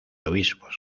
obispos